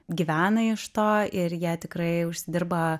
gyvena iš to ir jie tikrai užsidirba